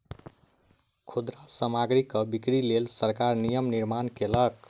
खुदरा सामग्रीक बिक्रीक लेल सरकार नियम निर्माण कयलक